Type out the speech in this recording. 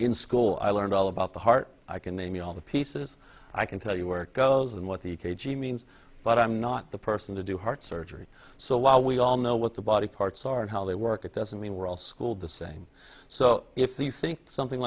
in school i learned all about the heart i can name the all the pieces i can tell you where it goes and what the k g means but i'm not the person to do heart surgery so while we all know what the body parts are and how they work it doesn't mean we're all schooled the same so if you think something